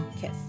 Kiss